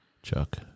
Chuck